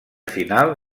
final